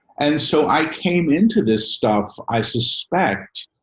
and so i came into this stuff i suspect